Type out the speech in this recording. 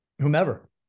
whomever